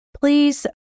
please